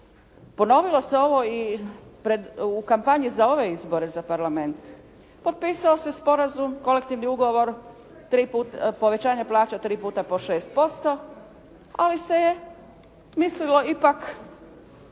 Ponovilo se ovo i u kampanji za ove izbore za Parlament. Potpisao se sporazum kolektivni ugovor povećanje plaća tri puta po 6%, ali se je mislio ipak